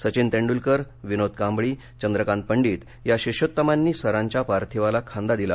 सघिन तेंड्लकर विनोद कांबळी चंद्रकांत पंडित या शिष्योत्तमांनी सरांच्या पार्थिवाला खांदा दिला